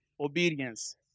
obedience